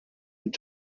and